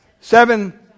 Seven